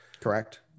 Correct